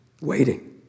waiting